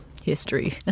history